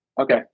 Okay